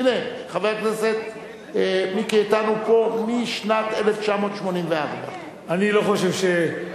הנה, חבר הכנסת מיקי איתן פה משנת 1984. עקבי,